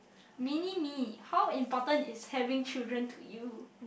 mini me how important is having children to you